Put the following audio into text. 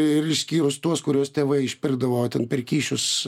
ir išskyrus tuos kuriuos tėvai išpirkdavo ten per kyšius